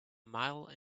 mile